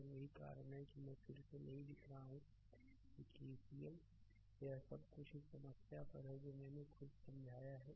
और यही कारण है कि मैं फिर से नहीं लिख रहा हूं कि केसीएल यह सब कुछ इस समस्या पर है जो मैंने खुद समझाया है